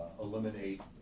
eliminate